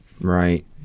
Right